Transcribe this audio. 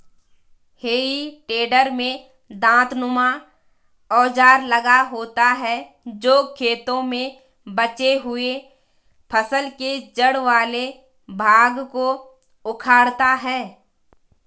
हेइ टेडर में दाँतनुमा औजार लगा होता है जो खेतों में बचे हुए फसल के जड़ वाले भाग को उखाड़ता है